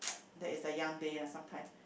that is the young day lah sometime